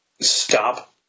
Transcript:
stop